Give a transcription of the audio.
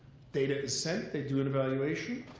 data is sent. they do an evaluation.